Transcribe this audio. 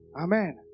Amen